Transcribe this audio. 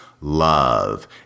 Love